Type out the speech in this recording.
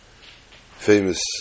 famous